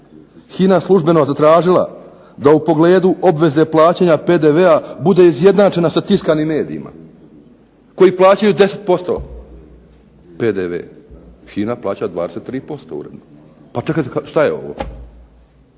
HINA službeno zatražila da u pogledu obveze plaćanja PDV-a bude izjednačena sa tiskanim medijima koji plaćaju 10% PDV. HINA plaća 23% uredno. Pa čekajte, šta je ovo!